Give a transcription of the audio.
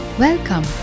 Welcome